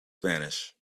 spanish